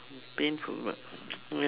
painful but ya